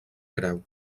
creu